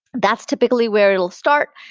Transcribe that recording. that's typically where it will start.